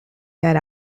that